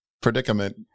predicament